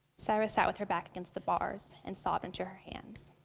sayra sat with her back against the bars and sobbed into her hands.